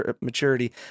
maturity